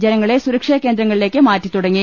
ജനങ്ങളെ സുരക്ഷിത കേന്ദ്രങ്ങളിലേക്ക് മാറ്റിത്തുടങ്ങി